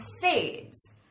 fades